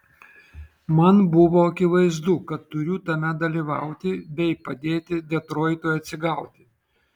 man buvo akivaizdu kad turiu tame dalyvauti bei padėti detroitui atsigauti